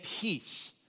peace